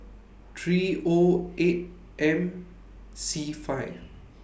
three O eight M C five